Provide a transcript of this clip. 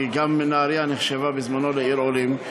כי גם נהריה נחשבה בזמנו לעיר עולים.